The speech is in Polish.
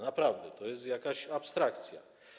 Naprawdę, to jest jakaś abstrakcja.